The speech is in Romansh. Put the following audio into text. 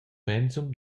pensum